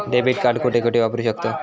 Debit card कुठे कुठे वापरू शकतव?